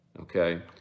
okay